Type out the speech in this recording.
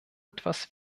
etwas